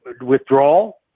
withdrawal